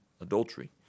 adultery